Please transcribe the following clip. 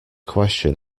question